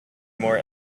more